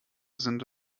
sind